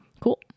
Cool